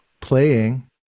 playing